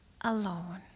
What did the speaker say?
alone